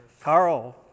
Carl